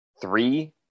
three